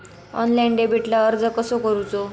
Online डेबिटला अर्ज कसो करूचो?